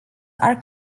are